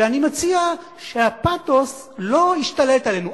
ואני מציע שהפתוס לא ישתלט עלינו.